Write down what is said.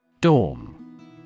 Dorm